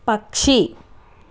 పక్షి